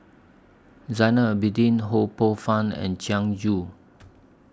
Zainal Abidin Ho Poh Fun and Jiang Ju